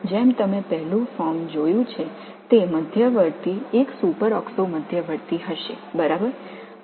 நீங்கள் பார்த்தபடி முதல் இடைநிலை ஒரு சூப்பர்ஆக்சோ இடைநிலையாக இருக்கும்